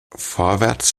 vorwärts